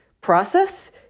process